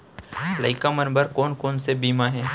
लइका मन बर कोन कोन से बीमा हे?